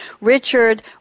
Richard